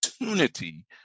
opportunity